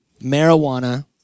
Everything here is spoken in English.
marijuana